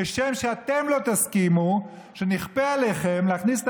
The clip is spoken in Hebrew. כשם שאתם לא תסכימו שנכפה עליכם להכניס את